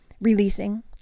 Releasing